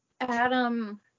Adam